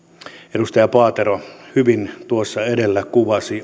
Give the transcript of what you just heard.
edustaja paatero hyvin tuossa edellä kuvasi